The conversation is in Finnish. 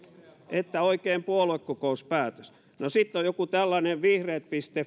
että oikein puoluekokouspäätös no sitten on joku tällainen vihreat